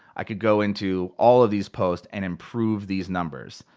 i could go into all of these posts and improve these numbers.